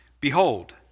Behold